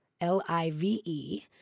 L-I-V-E